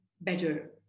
better